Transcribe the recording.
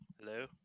Hello